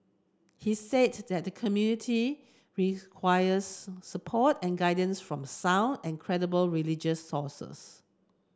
he said that the community requires support and guidance from sound and credible religious sources